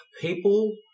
people